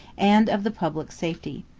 and of the public safety.